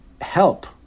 help